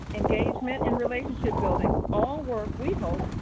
engagement, and relationship-building all work, we hope,